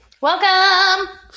Welcome